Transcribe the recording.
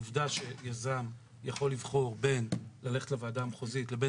העובדה שיזם יכול לבחור בין ללכת לוועדה מחוזית לבין